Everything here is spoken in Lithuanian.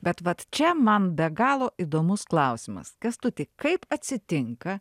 bet vat čia man be galo įdomus klausimas kęstuti kaip atsitinka